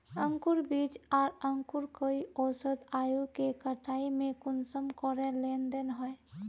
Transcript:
अंकूर बीज आर अंकूर कई औसत आयु के कटाई में कुंसम करे लेन देन होए?